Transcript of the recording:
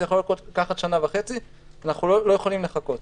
זה יכול לקחת שנה וחצי ואנחנו לא יכולים לחכות.